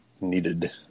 needed